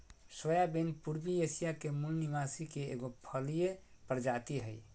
soybean पूर्वी Asia के मूल निवासी के एगो फलिय प्रजाति हइ